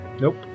Nope